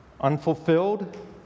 unfulfilled